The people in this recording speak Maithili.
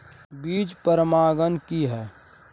बीज प्रमाणन की हैय?